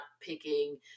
picking